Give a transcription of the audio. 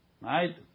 right